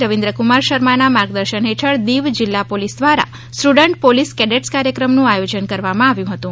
રવિન્દ્રક્માર શર્મા ના માર્ગદર્શન હેઠળ દીવ જિલ્લા પોલીસ દ્વારા સ્ટુડન્ટ પોલીસ કેડેટ્સ કાર્યક્રમ નું આયોજન કરવામાં આવ્યું હતું